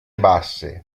basse